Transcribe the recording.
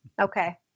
Okay